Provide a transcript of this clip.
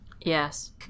Yes